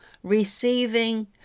Receiving